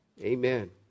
Amen